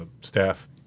staff